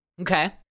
Okay